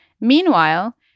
Meanwhile